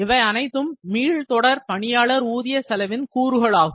இவை அனைத்தும் மீள்தொடர் பணியாளர் ஊதிய செலவின் கூறுகளாகும்